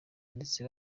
ndetse